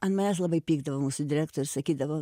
ant manęs labai pykdavo mūsų direktorius sakydavo